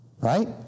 right